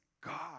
God